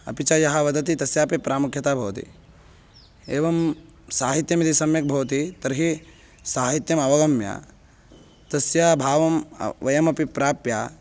अपि च यः वदति तस्यापि प्रामुख्यता भवति एवं साहित्यं यदि सम्यक् भवति तर्हि साहित्यमवगम्य तस्य भावं वयमपि प्राप्य